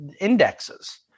indexes